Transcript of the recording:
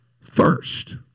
first